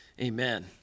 Amen